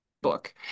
Book